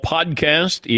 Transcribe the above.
Podcast